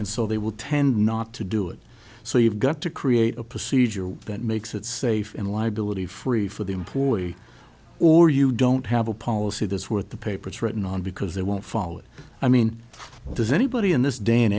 and so they would tend not to do it so you've got to create a procedure that makes it safe in liability free for the employee or you don't have a policy this worth the paper it's written on because they won't follow it i mean does anybody in this day and